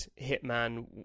Hitman